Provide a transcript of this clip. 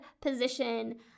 position